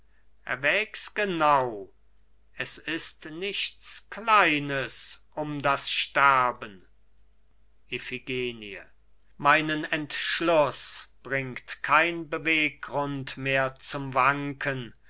erwäg's genau es ist nichts kleines um das sterben iphigenie meinen entschluß bringt kein beweggrund mehr zum wanken